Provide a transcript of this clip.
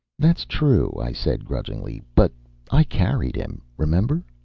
that's true, i said grudgingly. but i carried him, remember.